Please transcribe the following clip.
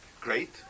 great